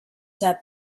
that